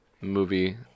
movie